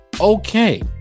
okay